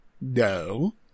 no